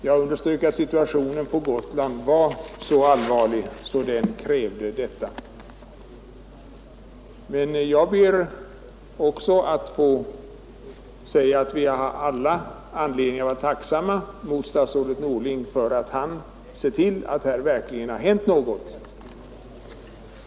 Jag understryker att situationen på Gotland var så allvarlig att den krävde detta. Men jag ber också att få säga att vi alla har anledning att vara tacksamma mot statsrådet Norling för att han sett till att här verkligen har hänt något.